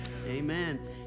Amen